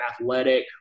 athletic